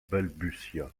balbutia